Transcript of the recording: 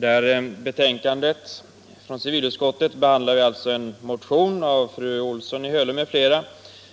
Fru talman! I detta betänkande behandlar vi en motion av fru Olsson i Hölö m.fl.